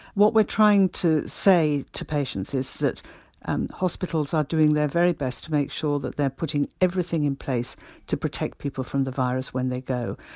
what we're trying to say to patients is that hospitals are doing their very best to make sure that they're putting everything in place to protect people from the virus when they go.